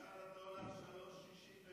שער הדולר 3.62,